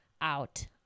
out